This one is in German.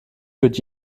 führt